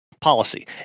Policy